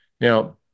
Now